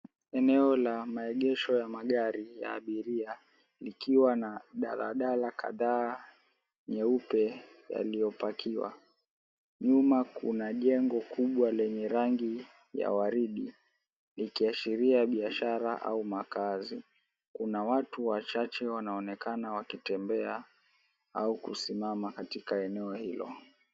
Eneo la maegesho ya magari ya abiria ikiwa na daladala kadhaa nyeupe yaliyopakiwa. Nyuma kuna jengo kubwa lenye rangi ya waridi likiashiria biashara au makazi. Kuna watu wachache wanaonekana wakitembea au kusimama katika eneo hilo.